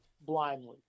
blindly